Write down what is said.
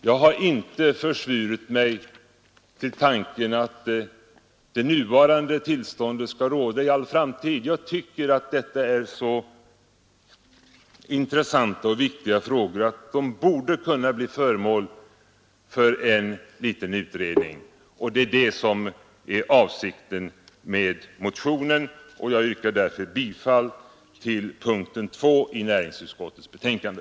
Jag har inte försvurit mig åt tanken att det nuvarande tillståndet skall råda i all framtid, men jag tycker att detta är så intressanta och viktiga frågor att de borde kunna bli föremål för en utredning. Det är det som är avsikten med motionen, och jag yrkar därför, som sagt, bifall till reservationen 2 i näringsutskottets betänkande.